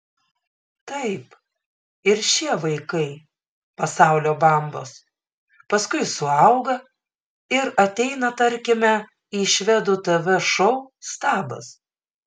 taip ir šie vaikai pasaulio bambos paskui suauga ir ateina tarkime į švedų tv šou stabas